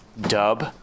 dub